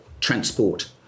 transport